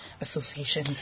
Association